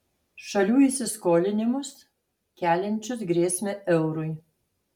šalių įsiskolinimus keliančius grėsmę eurui